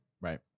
Right